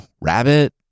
rabbit